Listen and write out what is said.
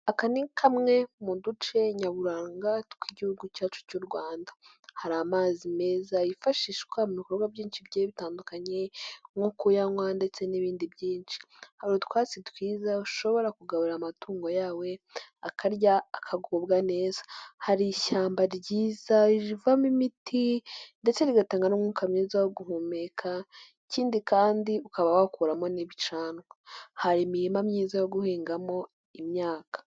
Aka ni kamwe mu duce nyaburanga tw'Igihugu cyacu cy'u Rwanda. Hari amazi meza yifashishwa mu bikorwa byinshi bigiye bitandukanye nko kuyanywa ndetse n'ibindi byinshi. Hari utwatsi twiza ushobora kugaburira amatungo yawe, akarya akagubwa neza. Hari ishyamba ryiza rivamo imiti ndetse rigatanga n'umwuka mwiza wo guhumeka, ikindi kandi ukaba wakuramo n'ibicanwa. Hari imirima myiza yo guhingamo imyaka.